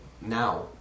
now